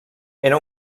era